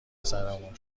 سرمون